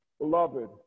Beloved